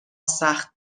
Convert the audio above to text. سخت